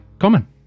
Common